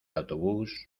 autobús